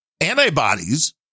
antibodies